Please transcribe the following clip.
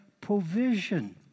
provision